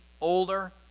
older